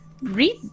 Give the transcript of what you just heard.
read